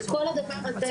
את כל הדבר הזה,